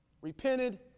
repented